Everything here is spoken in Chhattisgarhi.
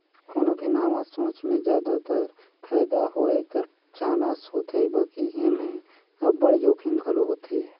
कोनो भी नावा सोंच में जादातर फयदा होए कर चानस होथे बकि एम्हें अब्बड़ जोखिम घलो होथे